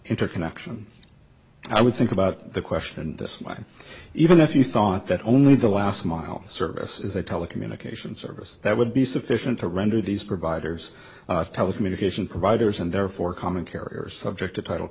interconnection i would think about the question this way even if you thought that only the last mile service is a telecommunications service that would be sufficient to render these providers telecommunication providers and therefore common carriers subject to title